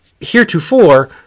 heretofore